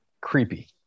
creepy